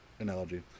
analogy